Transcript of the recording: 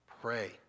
pray